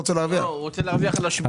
לא, הוא רוצה להרוויח על השמירה של הכסף.